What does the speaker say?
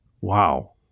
Wow